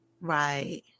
Right